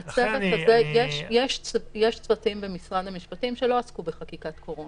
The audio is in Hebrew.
יש צוותים במשרד המשפטים שלא עסקו בחקיקת קורונה.